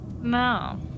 No